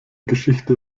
geschichte